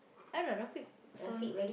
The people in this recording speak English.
I don't know Rafiq sounds